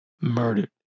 murdered